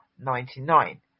99